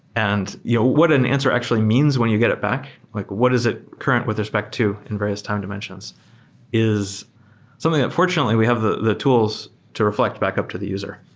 and you know what an answer actually means when you get it back, like what is it current with respect to and various time dimensions is something that fortunately we have the the tools to reflect back up to the user.